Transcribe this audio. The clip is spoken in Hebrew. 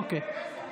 אוקיי.